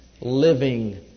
living